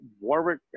Warwick